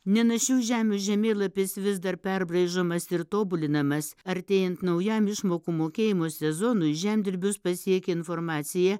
nenašių žemių žemėlapis vis dar perbraižomas ir tobulinamas artėjant naujam išmokų mokėjimo sezonui žemdirbius pasiekė informacija